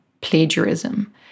plagiarism